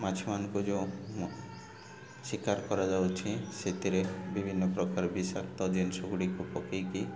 ମାଛ ମାନଙ୍କୁ ଯେଉଁ ଶିକାର କରାଯାଉଛି ସେଥିରେ ବିଭିନ୍ନ ପ୍ରକାର ବିଷାକ୍ତ ଜିନିଷ ଗୁଡ଼ିିକ ପକାଇକି